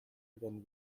again